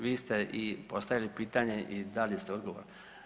Vi ste i postavili pitanje i dali ste odgovor.